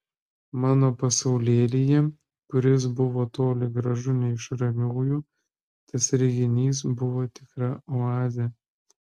mano pasaulėlyje kuris buvo toli gražu ne iš ramiųjų tas reginys buvo tikra oazė